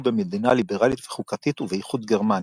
במדינה ליברלית וחוקתית ובאיחוד גרמניה.